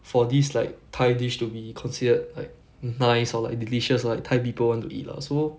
for these like thai dish to be considered like nice or like delicious like thai people want to eat lah so